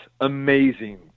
amazing